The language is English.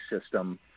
system